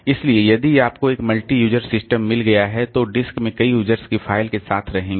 इसलिए यदि आपको एक मल्टी यूजर सिस्टम मिल गया है तो डिस्क में कई यूजर्स की फाइल्स एक साथ रहेंगी